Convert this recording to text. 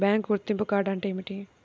Bank గుర్తింపు card అంటే ఏమిటి?